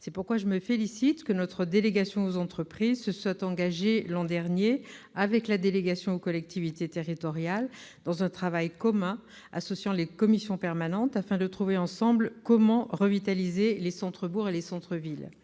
C'est pourquoi je me félicite de ce que notre délégation aux entreprises se soit engagée, l'an dernier, avec la délégation aux collectivités territoriales, dans un travail commun associant les commissions permanentes, afin de trouver ensemble comment revitaliser les centres-bourgs et les centres-villes.